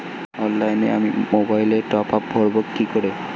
অফলাইনে আমি মোবাইলে টপআপ ভরাবো কি করে?